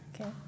Okay